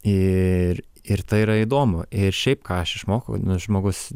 ir ir tai yra įdomu ir šiaip ką aš išmokau žmogus